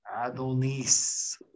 Adonis